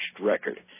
record